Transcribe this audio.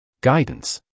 guidance